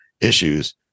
issues